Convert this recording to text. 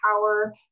power